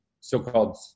so-called